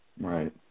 Right